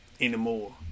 anymore